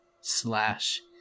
slash